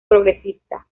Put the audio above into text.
progresista